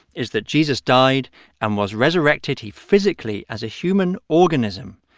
is that jesus died and was resurrected. he physically, as a human organism,